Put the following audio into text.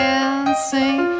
Dancing